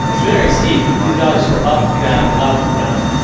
very steep. these valleys just go up, down, up down,